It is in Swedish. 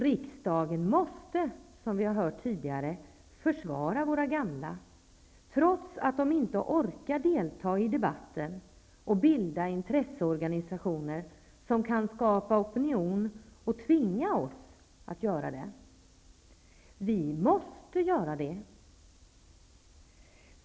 Riksdagen måste försvara våra gamla, trots att de inte orkar delta i debatten och bilda en intresseorganisation som kan skapa opinion och tvinga oss att göra det. Vi måste göra det!